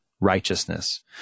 righteousness